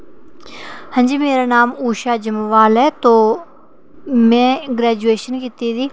हां जी मेरा नांऽ ऊषा जम्वाल ऐ ते में ग्रेजूएशन कीती दी